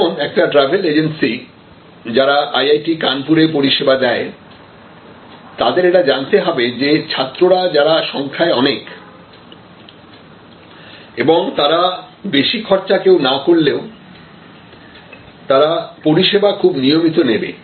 যেমন একটা travel agency যারা আইআইটি কানপুরে পরিষেবা দেয় তাদের এটা জানতে হবে যে ছাত্ররা যারা সংখ্যায় অনেক এবং তারা বেশি খরচা কেউ না করলেও তারা পরিষেবা খুব নিয়মিত নেবে